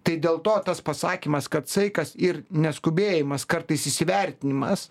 tai dėl to tas pasakymas kad saikas ir neskubėjimas kartais įsivertinimas